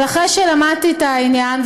אבל אחרי שלמדתי את העניין,